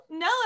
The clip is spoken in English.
No